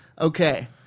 Okay